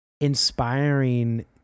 inspiring